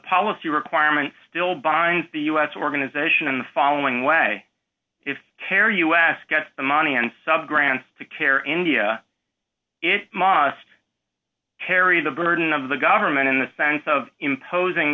policy requirement still binds the u s organization in the following way if tear us get the money and some grants to care india it must carry the burden of the government in the sense of imposing